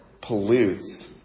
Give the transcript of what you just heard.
pollutes